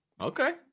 Okay